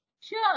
Sure